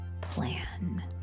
plan